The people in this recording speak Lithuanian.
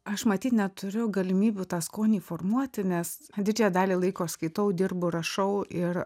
aš matyt neturiu galimybių tą skonį formuoti nes didžiąją dalį laiko aš skaitau dirbu rašau ir